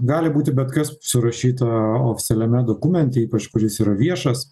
gali būti bet kas surašyta oficialiame dokumente ypač kuris yra viešas